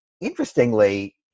interestingly